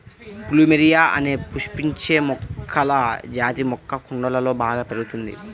plumeria అనే పుష్పించే మొక్కల జాతి మొక్క కుండలలో బాగా పెరుగుతుంది